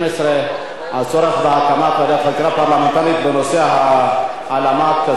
הצורך בהקמת ועדת חקירה פרלמנטרית בנושא העלמת כספי הדיור הציבורי,